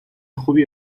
خوبی